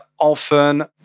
often